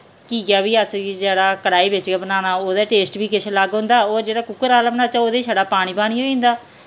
घीया बी अस जेह्ड़ा कड़ाही बिच गै बनाना उ'दा टेस्ट बी किश अलग होंदा ओह् जेह्ड़ा कुक्कर आह्ला बनाह्चै उ'दे छड़ा पानी पानी होई जंदा